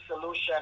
solution